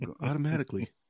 automatically